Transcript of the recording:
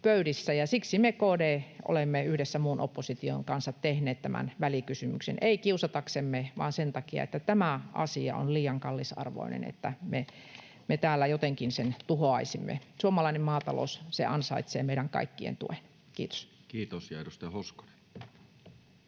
Siksi me, KD, olemme yhdessä muun opposition kanssa tehneet tämän välikysymyksen — emme kiusataksemme vaan sen takia, että tämä asia on liian kallisarvoinen, että me täällä sen tuhoaisimme. Suomalainen maatalous ansaitsee meidän kaikkien tuen. — Kiitos. Kiitos.